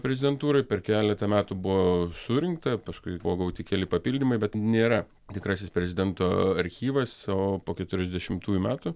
prezidentūrai per keletą metų buvo surinkta paskui buvo gauti keli papildymai bet nėra tikrasis prezidento archyvas o po keturiasdešimtųjų metų